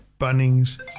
Bunnings